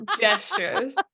gestures